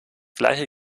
gleiche